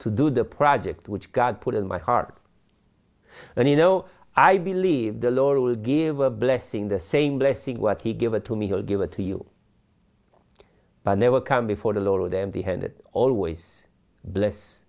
to do the project which god put in my heart and you know i believe the lord will give a blessing the same blessing what he give it to me i'll give it to you but never come before the lord empty handed always bless